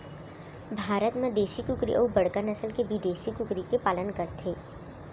भारत म देसी कुकरी अउ बड़का नसल के बिदेसी कुकरी के पालन करथे